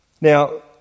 Now